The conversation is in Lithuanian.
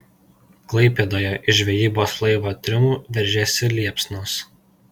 klaipėdoje iš žvejybos laivo triumų veržėsi liepsnos